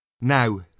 Now